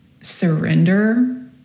surrender